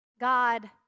God